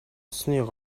сайн